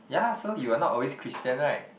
ya lah so you were not always Christian right